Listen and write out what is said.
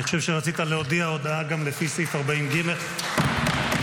אני חושב שרצית להודיע הודעה גם לפי סעיף 40(ג) רבותיי,